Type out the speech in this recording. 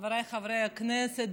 חבריי חברי הכנסת,